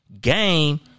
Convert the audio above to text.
Game